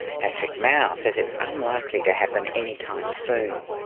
patrick mau says it's unlikely to happen anytime soon.